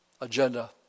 agenda